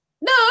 No